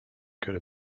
could